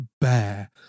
bear